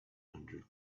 hundred